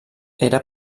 era